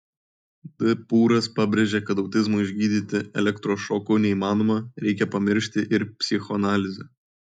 d pūras pabrėžė kad autizmo išgydyti elektrošoku neįmanoma reikia pamiršti ir psichoanalizę